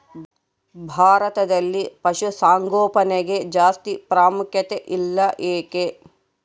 ಭಾರತದಲ್ಲಿ ಪಶುಸಾಂಗೋಪನೆಗೆ ಜಾಸ್ತಿ ಪ್ರಾಮುಖ್ಯತೆ ಇಲ್ಲ ಯಾಕೆ?